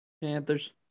Panthers